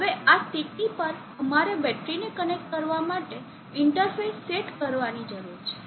હવે આ CT પર અમારે બેટરીને કનેક્ટ કરવા માટે ઇંટરફેસ સેટ કરવાની જરૂર છે